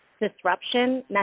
disruption